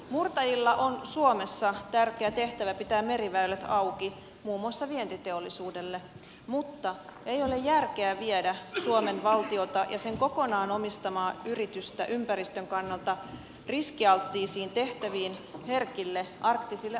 murtajilla on suomessa tärkeä tehtävä pitää meriväylät auki muun muassa vientiteollisuudelle mutta ei ole järkeä viedä suomen valtiota ja sen kokonaan omistamaa yritystä ympäristön kannalta riskialttiisiin tehtäviin herkille arktisille alueille